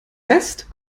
fest